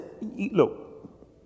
look